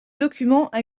document